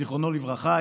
זיכרונו לברכה,